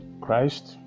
Christ